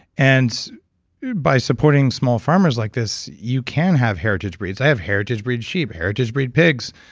and by supporting small farmers like this you can have heritage breeds. i have heritage breed sheep, heritage breed pigs,